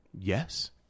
Yes